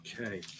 okay